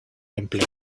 empleo